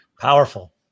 Powerful